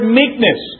meekness